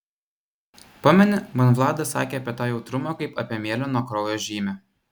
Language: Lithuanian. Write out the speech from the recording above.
pameni man vladas sakė apie tą jautrumą kaip apie mėlyno kraujo žymę